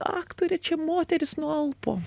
aktore čia moteris nualpo